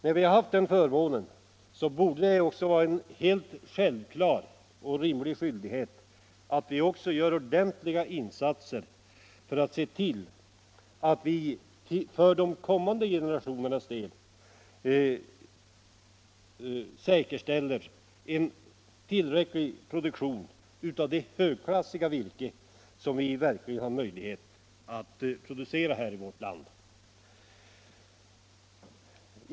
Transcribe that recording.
När vi har haft den förmånen borde det också vara en självklar skyldighet för oss att göra ordentliga insatser för att se till att vi för kommande generationer kan säkerställa en tillräckligt stor produktion av det högklassiga virke som vi har möjlighet att producera i vårt land.